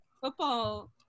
Football